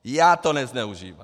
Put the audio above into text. Já to nezneužívám!